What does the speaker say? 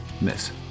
miss